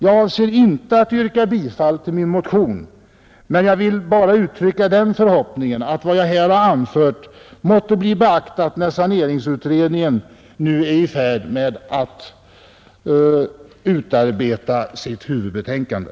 Jag avser inte att yrka bifall till min motion, utan vill bara uttrycka den förhoppningen att vad jag här anfört måtte beaktas när saneringsutredningen nu är i färd med att utarbeta sitt huvudbetänkande.